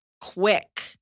quick